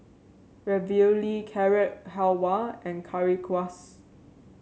Ravioli Carrot Halwa and Currywurst